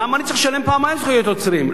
למה אני צריך לשלם פעמיים זכויות יוצרים?